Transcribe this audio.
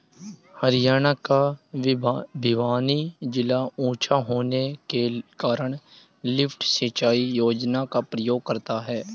हरियाणा का भिवानी जिला ऊंचा होने के कारण लिफ्ट सिंचाई योजना का प्रयोग करता है